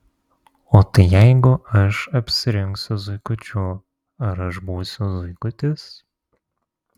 o tai jeigu aš apsirengsiu zuikučiu ar aš būsiu zuikutis